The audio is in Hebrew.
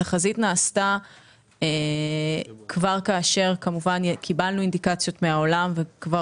התחזית נעשתה כבר כאשר כמובן קיבלנו אינדיקציות מהעולם וכבר